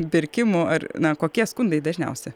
pirkimų ar na kokie skundai dažniausi